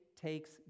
takes